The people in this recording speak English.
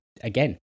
again